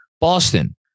Boston